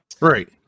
Right